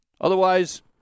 Otherwise